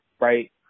right